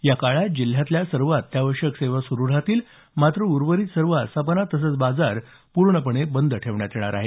या काळात जिल्ह्यातल्या सर्व अत्यावश्यक सेवा सुरू राहतील मात्र उर्वरित सर्व आस्थापना तसंच बाजार पूर्णपणे बंद ठेवण्यात येणार आहेत